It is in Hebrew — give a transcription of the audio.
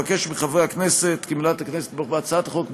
אבקש מחברי הכנסת כי מליאת הכנסת תתמוך בהצעת החוק,